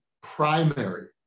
primary